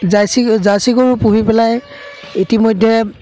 jersey জাৰ্চিগৰু পুহি পেলাই ইতিমধ্যে